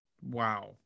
wow